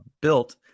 built